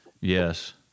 Yes